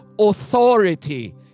authority